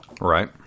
Right